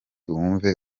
wumve